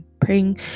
Praying